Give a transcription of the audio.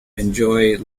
enjoy